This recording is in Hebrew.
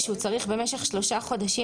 הוא שצריך במשך שלושה חודשים,